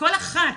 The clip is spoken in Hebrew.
כל אחת